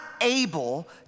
able